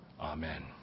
Amen